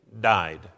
died